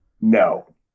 No